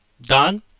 done